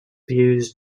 views